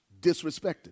disrespected